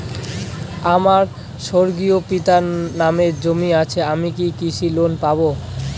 আমার স্বর্গীয় পিতার নামে জমি আছে আমি কি কৃষি লোন পাব?